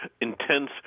intense